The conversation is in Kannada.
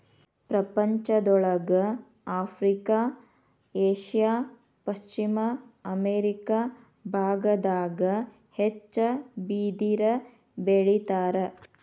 ಪ್ರಪಂಚದೊಳಗ ಆಫ್ರಿಕಾ ಏಷ್ಯಾ ಪಶ್ಚಿಮ ಅಮೇರಿಕಾ ಬಾಗದಾಗ ಹೆಚ್ಚ ಬಿದಿರ ಬೆಳಿತಾರ